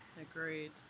Agreed